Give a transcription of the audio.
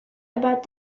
about